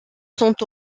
sont